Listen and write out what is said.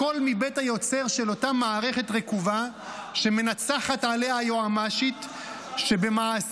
הכול מבית היוצר של אותה מערכת רקובה שמנצחת עליה היועמ"שית -- הבנו.